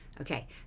Okay